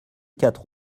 quatre